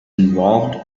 involved